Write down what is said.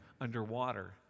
underwater